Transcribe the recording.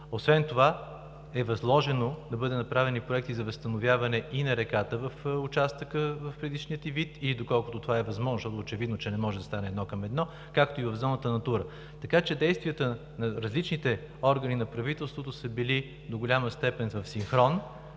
Освен това е възложено да бъде направен и проект за възстановяване и на реката в участъка в предишния ѝ вид и доколкото това е възможно, защото е очевидно, че не може да стане едно към едно, както и в зоната „Натура“. Действията на различните органи на правителството са били до голяма степен в синхрон.